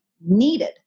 needed